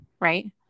Right